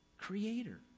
Creator